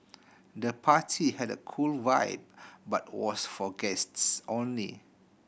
the party had a cool vibe but was for guests only